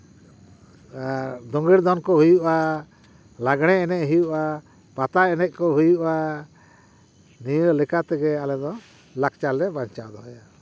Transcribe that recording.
ᱫᱳᱸᱜᱮᱲ ᱫᱚᱱ ᱠᱚ ᱦᱩᱭᱩᱜᱼᱟ ᱞᱟᱸᱜᱽᱲᱮ ᱮᱱᱮᱡ ᱦᱩᱭᱩᱜᱼᱟ ᱯᱟᱛᱟ ᱮᱱᱮᱡ ᱠᱚ ᱦᱩᱭᱩᱜᱼᱟ ᱱᱤᱭᱟᱹ ᱞᱮᱠᱟ ᱛᱮᱜᱮ ᱟᱞᱮ ᱫᱚ ᱞᱟᱠᱪᱟᱨ ᱞᱮ ᱵᱟᱧᱪᱟᱣ ᱫᱚᱦᱚᱭᱟ